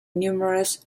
numerous